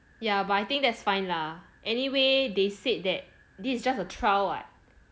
ya but I think that's fine lah anyway they said that this is just a trial what